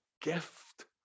gift